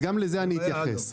גם לזה אני אתייחס.